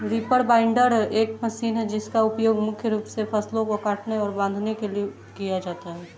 reaper binder एक machine है जिसका उपयोग मुख्य रूप से फसलों को काटने और बांधने के लिए किया जाता है